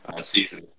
season